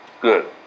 good